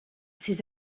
ses